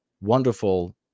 wonderful